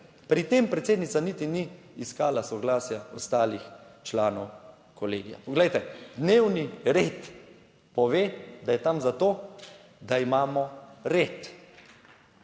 Pri tem predsednica niti ni iskala soglasja ostalih članov kolegija. Poglejte! Dnevni red pove, da je tam za to, da imamo red.